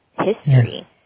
history